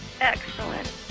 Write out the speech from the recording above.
excellent